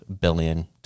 billion